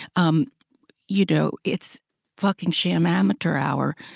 um you know it's fucking sham amateur hour,